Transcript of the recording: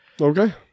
Okay